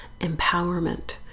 empowerment